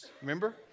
Remember